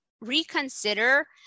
reconsider